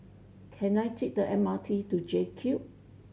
can I take the M R T to JCube